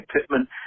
Pittman